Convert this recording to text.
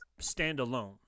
standalone